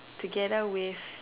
together with